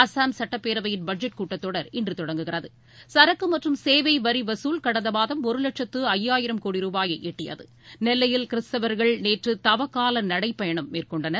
அசாம் சுட்டப்பேரவையின் பட்ஜெட் கூட்டத்தொடர் இன்று தொடங்குகிறது சரக்கு மற்றும் சேவை வரி வசூல் கடந்த மாதம் ஒரு லட்சத்து ஐயாயிரம் கோடி ரூபாயை எட்டியது நெல்லையில் தவகால நடைப்பயணம் நேற்ற மேற்கொண்டனர்